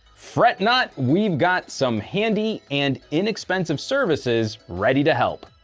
fret not! we've got some handy and inexpensive services ready to help!